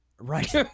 Right